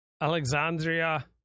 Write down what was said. Alexandria